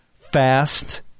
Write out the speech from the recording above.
fast